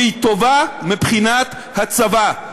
והיא טובה מבחינת הצבא.